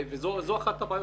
וזו אחת הבעיות.